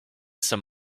some